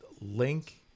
link